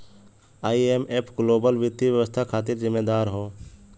IMF global वित्तीय व्यवस्था खातिर जिम्मेदार हौ